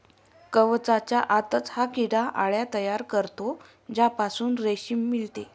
कवचाच्या आतच हा किडा अळ्या तयार करतो ज्यापासून रेशीम मिळते